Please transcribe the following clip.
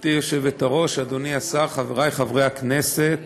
גברתי היושבת-ראש, אדוני השר, חברי חברי הכנסת,